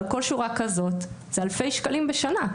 אבל כל שורה כזאת זה אלפי שקלים בשנה.